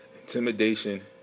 Intimidation